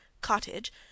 Cottage